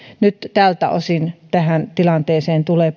nyt tältä osin tähän tilanteeseen tulee